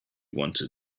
wanted